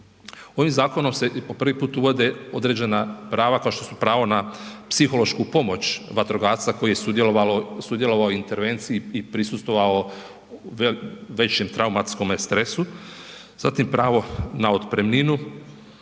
Ovim zakonom se i po prvi put uvode određena prava, kao što su pravo na psihološku pomoć vatrogasca koji je sudjelovao u intervenciji i prisustvovao većem traumatskome stresu, zatim pravo na otpremninu